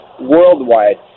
worldwide